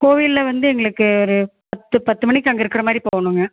கோவிலில் வந்து எங்களுக்கு ஒரு பத்து பத்து மணிக்கு அங்கே இருக்கிற மாதிரி போகணுங்க